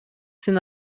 sind